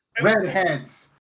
Redheads